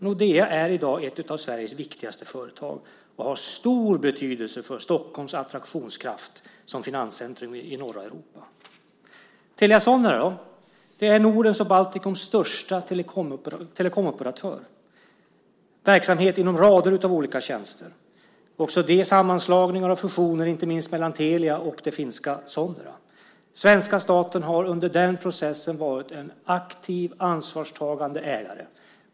Nordea är i dag ett av Sveriges viktigaste företag och har stor betydelse för Stockholms attraktionskraft som finanscentrum i norra Europa. Telia Sonera är Nordens och Baltikums största telekomoperatör med verksamhet inom rader av olika tjänster. Också det har uppstått genom sammanslagningar och fusioner, inte minst mellan Telia och det finska Sonera. Svenska staten har under den processen varit en aktiv och ansvarstagande ägare.